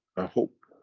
i hope,